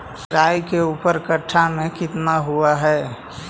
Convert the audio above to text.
राई के ऊपर कट्ठा में कितना हुआ है?